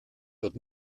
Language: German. wird